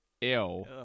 ew